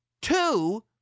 two